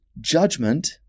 judgment